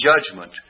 judgment